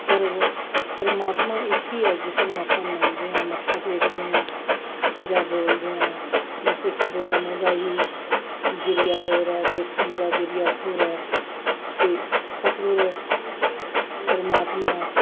ਪਰ ਪਰਮਾਤਮਾ ਇੱਕ ਹੀ ਹੈ ਜਿਸਨੂੰ ਆਪਾਂ ਮੰਨਦੇ ਹਾਂ ਮੱਥਾ ਟੇਕਦੇ ਹਾਂ ਜਾਂ ਬੋਲਦੇ ਹਾਂ ਬਸ ਇੱਕ ਬੋਲਣ ਦਾ ਹੀ ਜ਼ਰੀਆਂ ਹੋਰ ਹੈ ਦੇਖਣ ਦਾ ਜ਼ਰੀਆਂ ਹੋਰ ਹੈ ਅਤੇ ਸਤਿਗੁਰ ਪਰਮਾਤਮਾ